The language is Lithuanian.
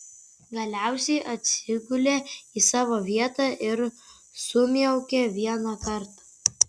galiausiai atsigulė į savo vietą ir sumiaukė vieną kartą